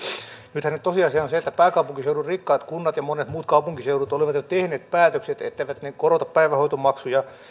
nythän tosiasia on se että pääkaupunkiseudun rikkaat kunnat ja monet muut kaupunkiseudut olivat jo tehneet päätökset etteivät ne korota päivähoitomaksuja